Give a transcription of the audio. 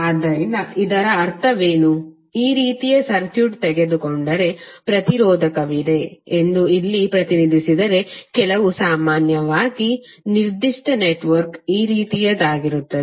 ಆದ್ದರಿಂದ ಇದರ ಅರ್ಥವೇನು ಈ ರೀತಿಯ ಸರ್ಕ್ಯೂಟ್ ತೆಗೆದುಕೊಂಡರೆ ಪ್ರತಿರೋಧಕವಿದೆ ಎಂದು ಇಲ್ಲಿ ಪ್ರತಿನಿಧಿಸಿದರೆ ಕೆಲವು ಸಾಮಾನ್ಯವಾಗಿ ನಿರ್ದಿಷ್ಟ ನೆಟ್ವರ್ಕ್ ಈ ರೀತಿಯಾಗಿರುತ್ತದೆ